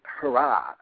hurrah